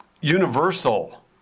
universal